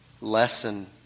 lesson